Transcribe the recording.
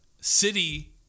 city